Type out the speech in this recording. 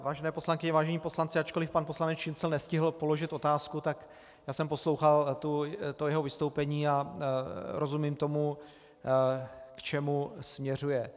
Vážené poslankyně, vážení poslanci, ačkoliv pan poslanec Šincl nestihl položit otázku, tak já jsem poslouchal to jeho vystoupení a rozumím tomu, k čemu směřuje.